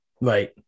Right